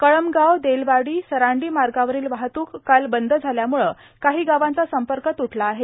कळमगाव देलवाड़ी सरांडी मार्गावरील वाहतूक काल बंद झाल्यामुळे काही गावांचा संपर्क तूटला आहे